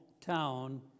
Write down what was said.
town